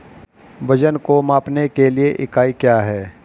वजन को मापने के लिए इकाई क्या है?